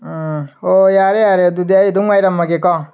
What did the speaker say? ꯎꯝ ꯍꯣꯏ ꯌꯥꯔꯦ ꯌꯥꯔꯦ ꯑꯗꯨꯗꯤ ꯑꯩ ꯑꯗꯨꯝ ꯉꯥꯏꯔꯝꯃꯒꯦ ꯀꯣ